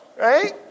right